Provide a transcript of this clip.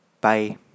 Bye